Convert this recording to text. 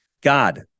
God